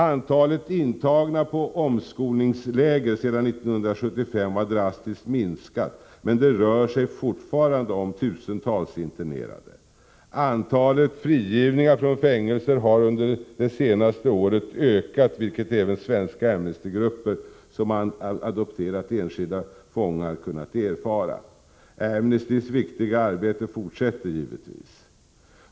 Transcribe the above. Antalet intagna på omskolningsläger sedan 1975 har drastiskt minskat, men det rör sig fortfarande om tusentals internerade. Antalet frigivningar från fängelser har under det senaste året ökat, vilket även svenska Amnestygrupper som adopterat enskilda fångar kunnat erfara. Amnestys viktiga arbete fortsätter givetvis.